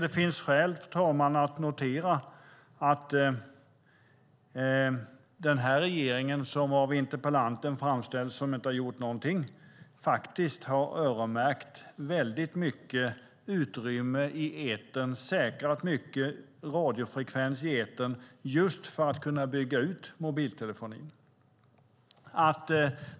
Det finns skäl, fru talman, att notera att den här regeringen, som interpellanten menar inte har gjort någonting, faktiskt har öronmärkt mycket utrymme i etern, säkrat mycket radiofrekvens i etern, just för att kunna bygga ut mobiltelefonin.